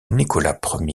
nicolas